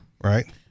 Right